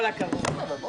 כל הכבוד.